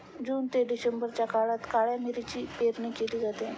जून ते डिसेंबरच्या काळात काळ्या मिरीची पेरणी केली जाते